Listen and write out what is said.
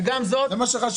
זה מה שחשוב.